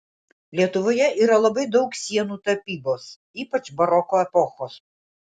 lietuvoje yra labai daug sienų tapybos ypač baroko epochos